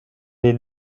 est